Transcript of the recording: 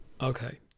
okay